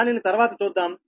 దానిని తర్వాత చూద్దాం